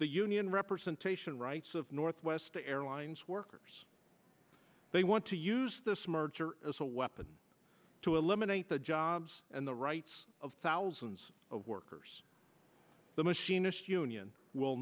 the union representation rights of northwest airlines workers they want to use this merger as a weapon to eliminate the jobs and the rights of thousands of workers the machinists union will